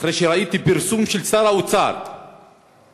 אחרי שראיתי פרסום של שר האוצר שבקריאה